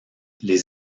les